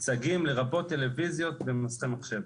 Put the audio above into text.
צגים לרבות טלוויזיות ומסכי מחשב.